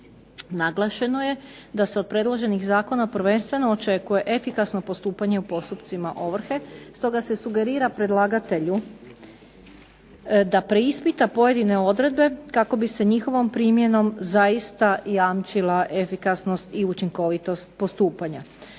Naglašeno je da se od predloženih zakona prvenstveno očekuje efikasno postupanje u postupcima ovrhe, stoga se sugerira predlagatelju da preispita pojedine odredbe kako bi se njihovom primjenom zaista jamčila efikasnost i učinkovitost postupanja.